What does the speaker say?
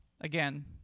again